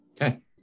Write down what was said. Okay